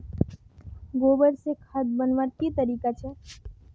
गोबर से खाद बनवार की तरीका छे?